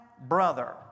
brother